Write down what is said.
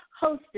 hosted